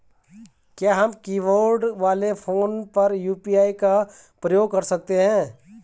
क्या हम कीबोर्ड वाले फोन पर यु.पी.आई का प्रयोग कर सकते हैं?